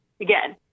again